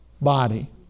body